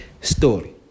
story